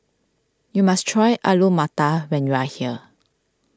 you must try Alu Matar when you are here